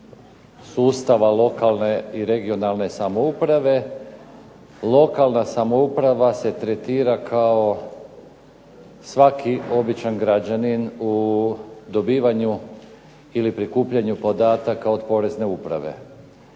sustava lokalne i regionalne samouprave. Lokalna samouprava se tretira kao svaki običan građanin u dobivanju ili prikupljanju podataka od Porezne uprave.